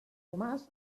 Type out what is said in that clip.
tomàs